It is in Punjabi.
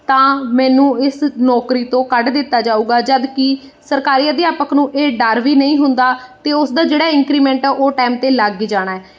ਤਾਂ ਮੈਨੂੰ ਇਸ ਨੌਕਰੀ ਤੋਂ ਕੱਢ ਦਿੱਤਾ ਜਾਵੇਗਾ ਜਦ ਕਿ ਸਰਕਾਰੀ ਅਧਿਆਪਕ ਨੂੰ ਇਹ ਡਰ ਵੀ ਨਹੀਂ ਹੁੰਦਾ ਅਤੇ ਉਸ ਦਾ ਜਿਹੜਾ ਇੰਕਰੀਮੈਂਟ ਹੈ ਉਹ ਟਾਈਮ 'ਤੇ ਲੱਗ ਜਾਣਾ